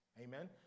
Amen